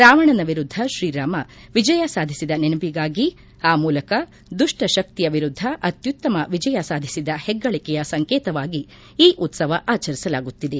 ರಾವಣನ ವಿರುದ್ದ ಶ್ರೀರಾಮ ವಿಜಯ ಸಾಧಿಸಿದ ನೆನಪಿಗಾಗಿ ಆ ಮೂಲಕ ದುಪ್ಪ ಶಕ್ತಿಯ ವಿರುದ್ದ ಅತ್ಯುತ್ತಮ ವಿಜಯ ಸಾಧಿಸಿದ ಹೆಗ್ಗಳಿಕೆಯ ಸಂಕೇತವಾಗಿ ಈ ಉತ್ತವ ಆಚರಿಸಲಾಗುತ್ತಿದೆ